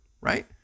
right